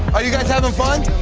are you guys having fun?